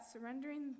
surrendering